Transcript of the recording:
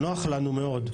שנוח לנו מאוד,